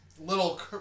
little